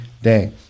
day